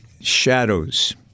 shadows